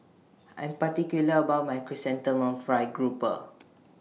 I Am particular about My Chrysanthemum Fried Grouper